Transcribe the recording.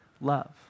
love